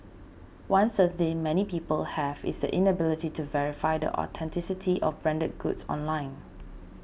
one they many people have is the inability to verify the authenticity of branded goods online